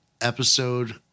episode